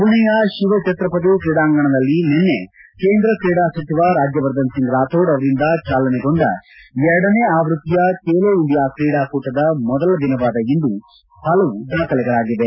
ಮಣೆಯ ಶಿವ್ಭಕ್ರಪತಿ ಕ್ರೀಡಾಂಗಣದಲ್ಲಿ ನಿನ್ನೆ ಕೇಂದ್ರ ಕ್ರೀಡಾ ಸಚಿವ ರಾಜ್ಯವರ್ಧನ್ ಸಿಂಗ್ ರಾಥೋಡ್ ಅವರಿಂದ ಚಾಲನೆಗೊಂಡ ಎರಡನೇ ಆವೃತ್ತಿಯ ಖೇಲೋ ಇಂಡಿಯಾ ಕ್ರೀಡಾಕೂಟದ ಮೊದಲ ದಿನವಾದ ಇಂದು ಪಲವು ದಾಖಲೆಗಳಾಗಿವೆ